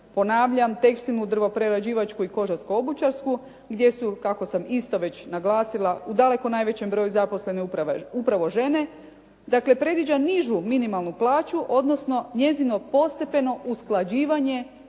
ponavljam tekstilu, drvo prerađivačku i kožarsko obućarsku, gdje su kako sam isto već naglasila u daleko najvećem broju zaposlenih upravo žene. Dakle, predviđa nižu minimalnu plaću odnosno njezino postepeno usklađivanje